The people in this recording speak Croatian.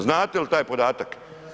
Znate li taj podatak?